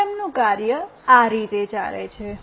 સિસ્ટમનું કાર્ય આ રીતે ચાલે છે